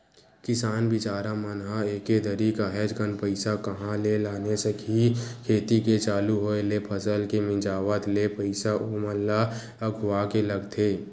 किसान बिचारा मन ह एके दरी काहेच कन पइसा कहाँ ले लाने सकही खेती के चालू होय ले फसल के मिंजावत ले पइसा ओमन ल अघुवाके लगथे